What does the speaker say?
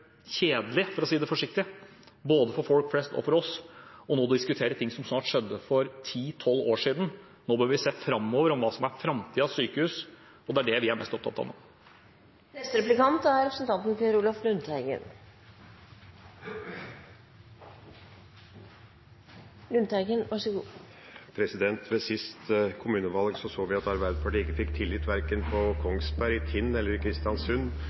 kjedelig, for å si det forsiktig, både for folk flest og for oss nå å diskutere ting som skjedde for ti–tolv år siden. Nå bør vi se framover, på hva som er framtidens sykehus. Det er det vi er mest opptatt av nå. Ved sist kommunevalg så vi at Arbeiderpartiet ikke fikk tillit verken på Kongsberg, i Tinn eller i Kristiansund